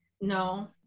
No